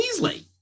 Weasley